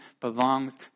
belongs